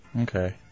Okay